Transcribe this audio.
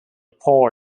poor